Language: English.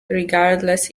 regardless